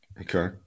Okay